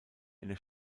eine